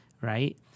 right